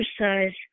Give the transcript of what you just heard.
exercise